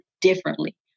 differently